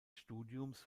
studiums